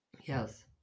Yes